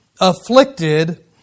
afflicted